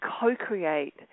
co-create